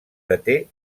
deté